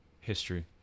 history